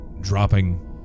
Dropping